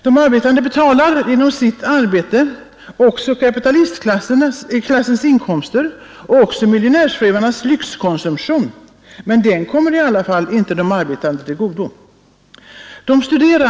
De arbetande betalar genom sitt arbete också kapitalistklassens inkomster och miljonärsfruarnas lyxkonsumtion, men dessa kommer i alla fall inte de arbetande till godo.